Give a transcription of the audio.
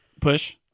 push